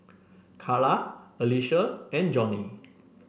Karla Alicia and Johnie